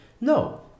No